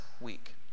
week